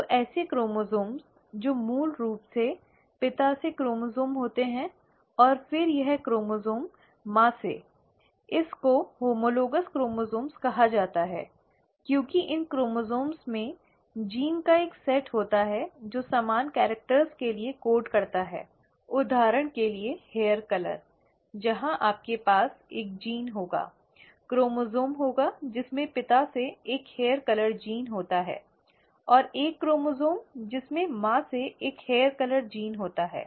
तो ऐसे क्रोमोसोम्स जो मूल रूप से पिता से क्रोमोसोम् होते हैं और फिर यह क्रोमोसोम् माँ से इस को होमोलोगॅस क्रोमोसोम् कहा जाता है क्योंकि इन क्रोमोसोम्स में जीन का एक सेट होता है जो समान वर्णों के लिए कोड करता है उदाहरण के लिए हेयर कलर जहां आपके पास एक जीन होगा क्रोमोसोम् होगाजिसमें पिता से एक हेयर कलर जीन होता है और एक क्रोमोसोम् जिसमें माँ से एक हेयर कलर जीन होता है